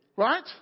Right